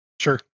Sure